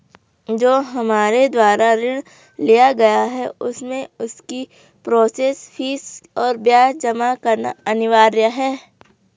जो हमारे द्वारा ऋण लिया गया है उसमें उसकी प्रोसेस फीस और ब्याज जमा करना अनिवार्य है?